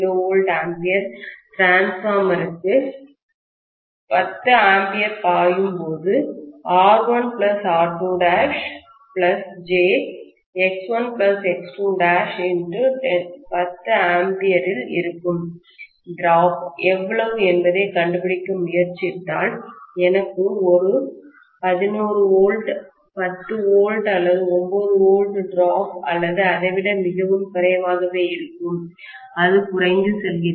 2 kVA டிரான்ஸ்பார்மர்க்குமின்மாற்றிக்கு 10 A பாயும் போது R1 R2' j X1 X2' x10 A இல் இருக்கும் டிராப்வீழ்ச்சி எவ்வளவு என்பதைக் கண்டுபிடிக்க முயற்சித்தால் எனக்கு ஒரு 11 வோல்ட் 10 வோல்ட் அல்லது 9 வோல்ட் டிராப் அல்லது அதை விட மிகவும் குறைவாக இருக்கும் அது குறைந்து செல்கிறது